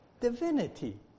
Divinity